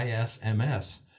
ISMS